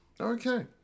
okay